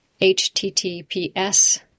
HTTPS